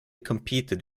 competed